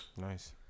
Nice